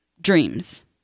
dreams